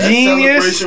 Genius